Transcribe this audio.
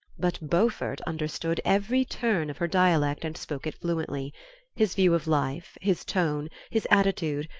but beaufort understood every turn of her dialect, and spoke it fluently his view of life, his tone, his attitude,